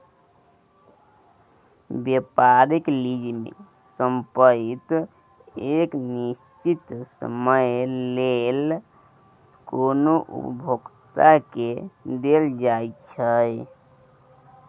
व्यापारिक लीज में संपइत एक निश्चित समय लेल कोनो उपभोक्ता के देल जाइ छइ